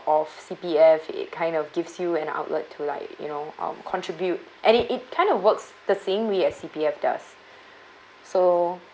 of C_P_F it kind of gives you an outlet to like you know um contribute and it it kind of works the same way as C_P_F does so